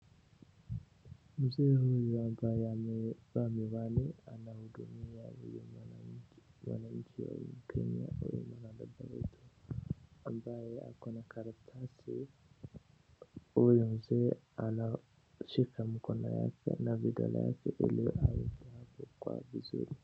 Mzee huyu ambaye amevaa miwani anahudumia huyu mwanamke ambaye ako na karatasi. Huyo mzee anashika mkono yake na vidole ili aweke kwa vizuri.